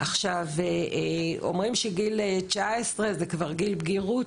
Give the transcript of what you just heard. עכשיו, אומרים שגיל 19 זה כבר גיל בגירות.